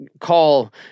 call